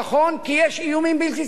כי יש איומים בלתי צפויים.